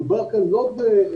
מדובר כאן לא בעשרות